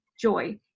joy